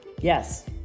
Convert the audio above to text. Yes